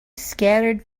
scattered